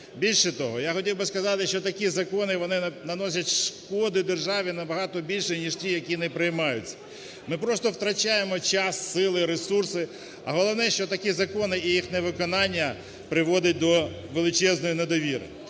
Більше того, я хотів би сказати, що такі закони вони наносять шкоди державі набагато більше ніж ті, які не приймаються. Ми просто втрачаємо час, сили й ресурси, а головне, що такі закони і їх невиконання приводить до величезної недовіри.